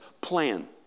plan